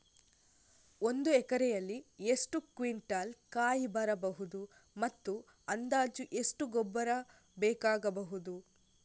ಒಂದು ಎಕರೆಯಲ್ಲಿ ಎಷ್ಟು ಕ್ವಿಂಟಾಲ್ ಕಾಯಿ ಬರಬಹುದು ಮತ್ತು ಅಂದಾಜು ಎಷ್ಟು ಗೊಬ್ಬರ ಬೇಕಾಗಬಹುದು?